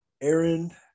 Aaron